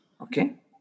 Okay